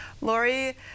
Lori